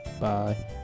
Bye